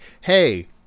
hey